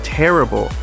terrible